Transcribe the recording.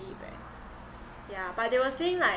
right yeah they were saying like